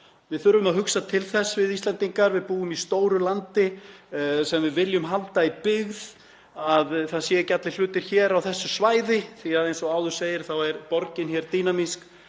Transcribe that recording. Við þurfum að hugsa til þess, Íslendingar, að við búum í stóru landi sem við viljum halda í byggð, að það séu ekki allir hlutir hér á þessu svæði, því að eins og áður segir er borgin dýnamísk